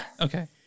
Okay